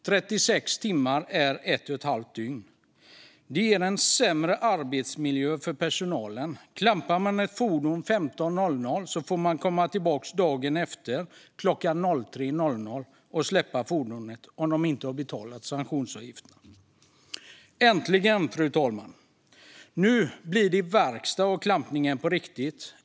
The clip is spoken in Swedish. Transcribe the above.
36 timmar är ett och ett halvt dygn. Det ger en sämre arbetsmiljö för personalen: Klampar man ett fordon 15.00 får man komma tillbaka klockan 03.00 nästnästa dag och släppa fordonet om sanktionsavgifterna inte har betalats. Men nu blir det äntligen verkstad på riktigt av klampningen, fru talman!